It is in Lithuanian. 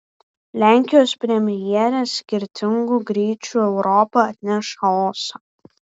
lenkijos premjerė skirtingų greičių europa atneš chaosą